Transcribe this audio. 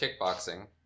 kickboxing